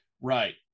Right